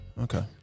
Okay